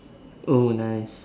oh nice